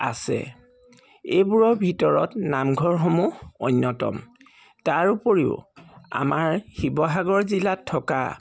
আছে এইবোৰৰ ভিতৰত নামঘৰসমূহ অন্যতম তাৰ উপৰিও আমাৰ শিৱসাগৰ জিলাত থকা